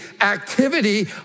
activity